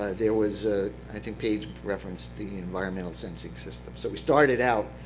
there was i think paige referenced the environmental sensing system. so we started out